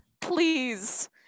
Please